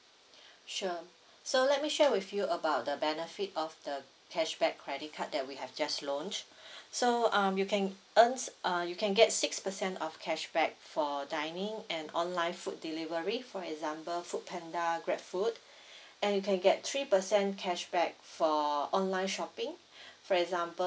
sure so let me share with you about the benefit of the cashback credit card that we have just launch so um you can earns uh you can get six percent of cashback for dining and online food delivery for example foodpanda grabfood and you can get three percent cashback for online shopping for example